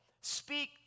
Speak